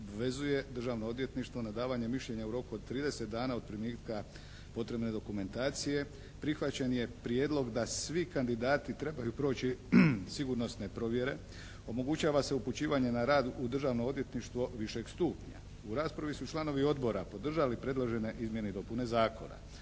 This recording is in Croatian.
obvezuje Državno odvjetništvo na davanje mišljenja u roku od 30 dana od primitka potrebne dokumentacije. Prihvaćen je prijedlog da svi kandidati trebaju proći sigurnosne provjere. Omogućava se upućivanje na rad u državno odvjetništvo višeg stupnja. U raspravi su članovi odbora podržali predložene izmjene i dopune zakona.